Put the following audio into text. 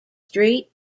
street